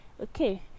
okay